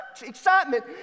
excitement